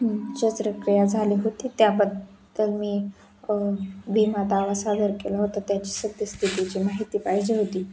शस्त्रक्रिया झाली होती त्याबद्दल मी विमादावा सादर केला होता त्याच सद्यस्थितीची माहिती पाहिजे होती